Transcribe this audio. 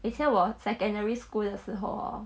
以前我 secondary school 的时候 hor